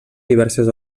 diverses